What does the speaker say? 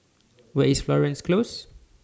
Where IS Florence Close